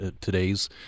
today's